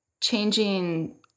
changing